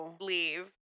leave